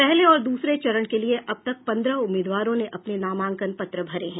पहले और द्रसरे चरण के लिये अब तक पंद्रह उम्मीदवारों ने अपने नामांकन पत्र भरे हैं